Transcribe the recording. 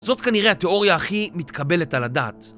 זאת כנראה התיאוריה הכי מתקבלת על הדעת.